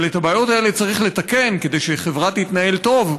אבל את הבעיות האלה צריך לתקן כדי שהחברה תתנהל טוב,